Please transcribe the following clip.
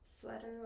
sweater